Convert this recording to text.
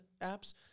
apps